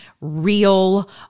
real